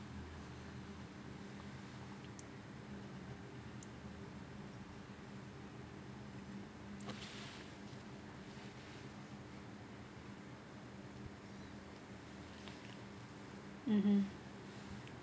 mmhmm